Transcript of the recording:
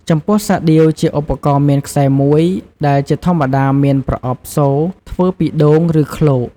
ចំពោះសាដៀវ ជាឧបករណ៍មានខ្សែមួយ ដែលជាធម្មតាមានប្រអប់សូរធ្វើពីដូង ឬឃ្លោក។